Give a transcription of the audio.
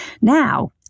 Now